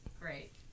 Great